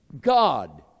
God